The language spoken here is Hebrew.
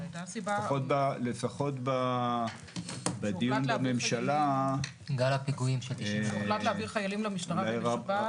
לפחות בדיון בממשלה --- הוחלט להעביר חיילים למשטרה ולשב"ס.